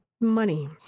money